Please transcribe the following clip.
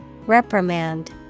Reprimand